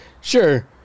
Sure